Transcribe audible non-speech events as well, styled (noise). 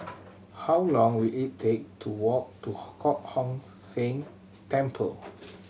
how long will it take to walk to (unintelligible) Kong Hock Seng Temple